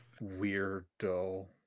weirdo